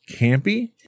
campy